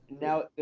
Now